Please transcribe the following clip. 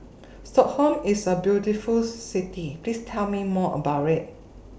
Stockholm IS A very beautiful City Please Tell Me More about IT